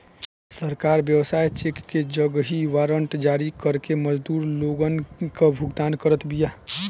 सरकार व्यवसाय चेक के जगही वारंट जारी कअ के मजदूर लोगन कअ भुगतान करत बिया